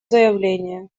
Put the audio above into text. заявление